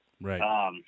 right